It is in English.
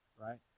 right